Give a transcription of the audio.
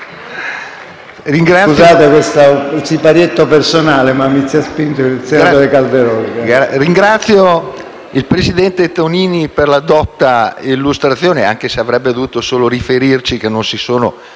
Scusate di questo siparietto personale, ma mi ci ha spinto il senatore Calderoli.